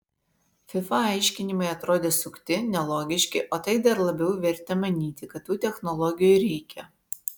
fifa aiškinimai atrodė sukti nelogiški o tai dar labiau vertė manyti kad tų technologijų reikia